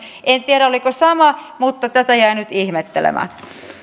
en tiedä oliko sama mutta tätä jäin nyt ihmettelemään